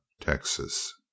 Texas